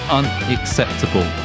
unacceptable